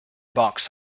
box